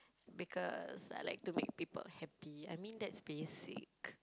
because I like to make people happy I mean that's basic